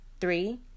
Three